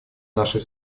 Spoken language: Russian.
нашей